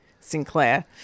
Sinclair